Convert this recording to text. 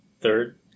third